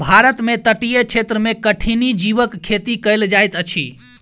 भारत में तटीय क्षेत्र में कठिनी जीवक खेती कयल जाइत अछि